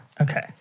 Okay